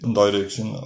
direction